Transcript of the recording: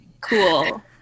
Cool